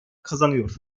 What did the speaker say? kazanıyor